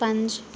ਪੰਜ